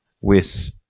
with-